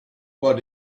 what